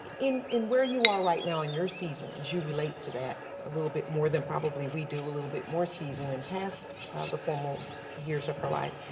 in in where you are right now in your season, as you relate to that a little bit more than probably we do, a little bit more seasoned and past the formidable years of our life,